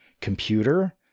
computer